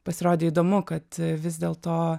pasirodė įdomu kad vis dėl to